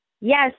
Yes